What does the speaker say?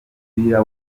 mupira